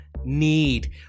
need